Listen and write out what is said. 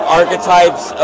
archetypes